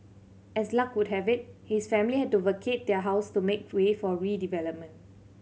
as luck would have it his family had to vacate their house to make way for redevelopment